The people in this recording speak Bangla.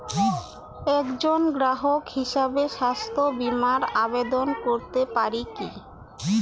একজন গ্রাহক হিসাবে স্বাস্থ্য বিমার আবেদন করতে পারি কি?